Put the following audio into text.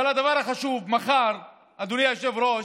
אבל לדבר החשוב: מחר, אדוני היושב-ראש,